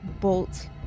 bolt